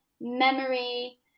memory